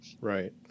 Right